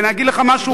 ולהגיד לך משהו?